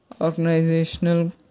organizational